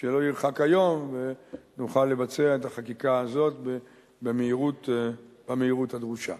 שלא ירחק היום ונוכל לבצע את החקיקה הזו במהירות הדרושה.